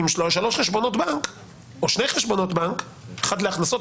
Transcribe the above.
עם שלוש או עם שני חשבונות בנק: אחד להכנסות,